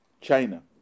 China